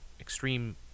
extreme